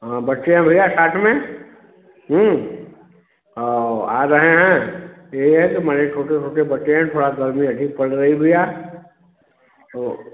हाँ बच्चे हैं भैया साथ में आ रहे हैं यह है कि माने छोटे छोटे बच्चे हैं थोड़ा गर्मी अधिक पड़ रही भैया तो